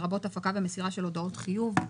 "לרבות הפקה ומסירה של הודעות חיוב".